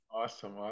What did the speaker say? Awesome